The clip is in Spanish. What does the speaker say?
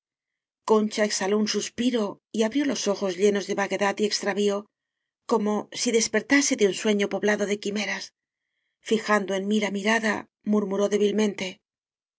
concha exhaló un suspiro y abrió los ojos llenos de vaguedad y extravío como si despertase de un sueño poblado de quime ras fijando en mí la mirada murmuró dé